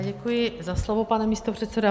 Děkuji za slovo, pane místopředsedo.